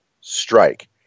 strike